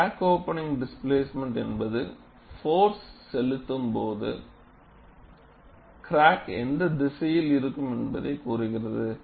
crack opening displacement என்பது force செலுத்தும்போது crack எந்த திசையில் இருக்கும் என்பதை கூறுகிறது